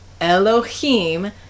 Elohim